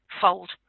fold